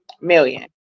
million